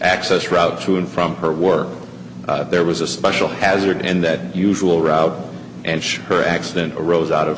access route to and from her work there was a special hazard in that usual route and sure her accident arose out of